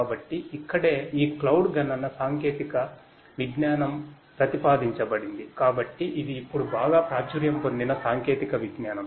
కాబట్టి ఇక్కడే ఈ క్లౌడ్ గణన సాంకేతిక విజ్ఞానం ప్రతిపాదించబడింది కాబట్టి ఇది ఇప్పుడు బాగా ప్రాచుర్యం పొందిన సాంకేతిక విజ్ఞానం